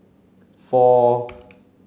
four